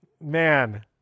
man